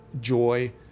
joy